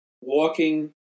walking